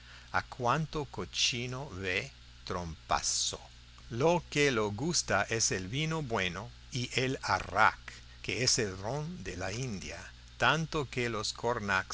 a cuanto cochino ve trompazo lo que lo gusta es el vino bueno y el arrak que es el ron de la india tanto que los cornacs